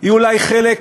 היא אולי חלק,